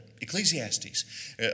Ecclesiastes